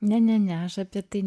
ne ne ne aš apie tai